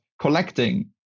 collecting